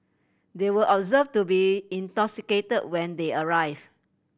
they were observed to be intoxicated when they arrived